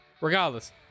Regardless